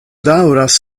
daŭras